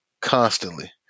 constantly